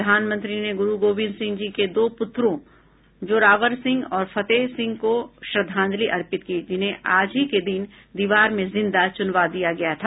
प्रधानमंत्री ने गुरु गोबिंद सिंह जी के दो पुत्रों जोरावर सिंह और फतेहसिंह को श्रद्धांजलि अर्पित की जिन्हें आज ही के दिन दीवार में जिंदा चुनवा दिया गया था